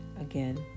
Again